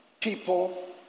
people